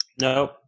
No